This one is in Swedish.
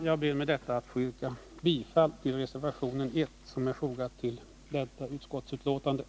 Jag ber att få yrka bifall till reservation 1 vid utskottsbetänkandet.